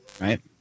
Right